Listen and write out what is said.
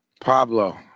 Pablo